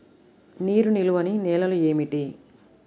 నీరు నిలువని నేలలు ఏమిటి?